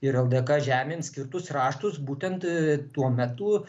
ir ldk žemėm skirtus raštus būtent tuo metu